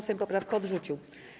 Sejm poprawkę odrzucił.